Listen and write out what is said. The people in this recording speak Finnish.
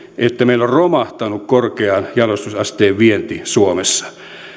että meillä on romahtanut korkean jalostusasteen vienti